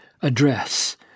address